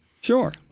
Sure